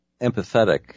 empathetic